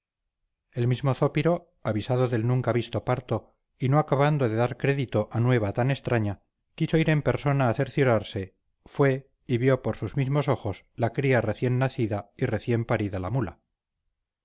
el mismo zópiro avisado del nunca visto parto y no acabando de dar crédito a nueva tan extraña quiso ir en persona a cerciorarse fue y vio por sus mismos ojos la cría recién nacida y recién parida la mula